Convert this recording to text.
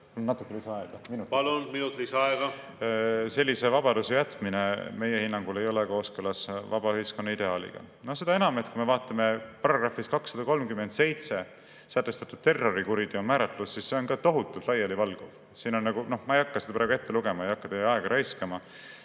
Palun, minut lisaaega!